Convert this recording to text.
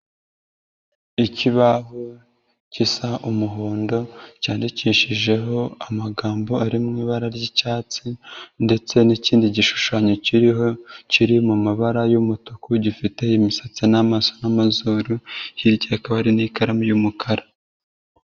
Ikibaho gisa umuhondo cyandikishijeho amagambo ari mu ibara ry'icyatsi ndetse n'ikindi gishushanyo kiriho kiri mu mabara y'umutuku, gifite imisatsi n'amaso n'amazuru, hirya hakaba hari n'ikaramu y'umukara.